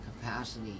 capacity